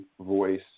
voice